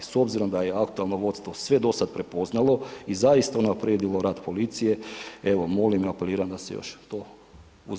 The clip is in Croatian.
S obzirom da je aktualno vodstvo sve do sada prepoznalo i zaista unaprijedilo rad policije, evo molim i apeliram da se još to uzme u obzir.